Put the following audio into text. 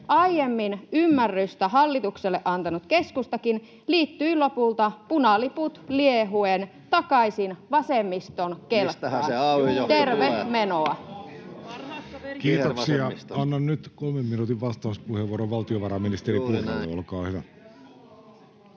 aiemmin ymmärrystä hallitukselle antanut keskustakin liittyi lopulta punaliput liehuen takaisin vasemmiston kelkkaan — tervemenoa. Kiitoksia. — Annan nyt kolmen minuutin vastauspuheenvuoron valtiovarainministeri Purralle, olkaa hyvä.